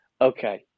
Okay